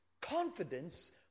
confidence